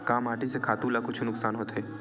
का माटी से खातु ला कुछु नुकसान होथे?